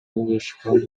уюшкан